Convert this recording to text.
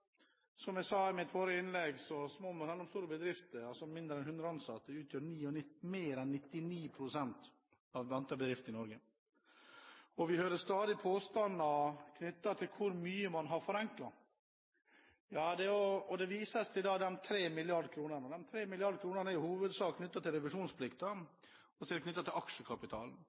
Som jeg sa i mitt forrige innlegg, så utgjør små og mellomstore bedrifter – altså med mindre enn 100 ansatte – mer enn 99 pst. av nevnte bedrifter i Norge. Vi hører stadig påstander knyttet til mye man har forenklet, og det vises til de 3 mrd. kr, men de 3 mrd. kr er i hovedsak knyttet til revisjonsplikten, og så er det knyttet til aksjekapitalen